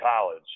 college